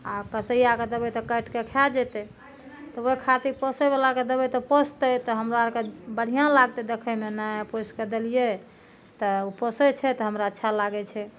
आ कसैयाके देबै तऽ काटि कए खए जेतै उहो खातिर पोसै बला के देबै तऽ पोसतै तऽ हमरो आर कए बढ़ियाँ लागतै देखै मे ने पोइस कए देलियै तए उ पोसै छै तऽ हमरा अच्छा लागै छै